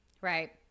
Right